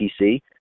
PC